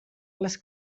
les